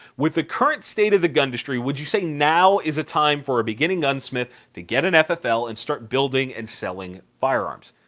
with the current state of the gundustry, would you say now is a time for a beginning gunsmith to get an ffl and starting building and selling firearms?